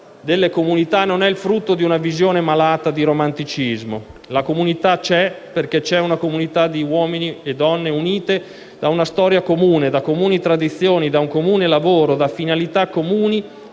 quindi, non è il frutto di una visione malata di romanticismo. La comunità c'è, perché c'è una comunità di uomini e donne uniti da una storia comune, da comuni tradizioni, da un comune lavoro, da finalità comuni: